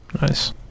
nice